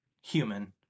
human